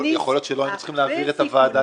יכול להיות שלא היינו צריכים להעביר את הוועדה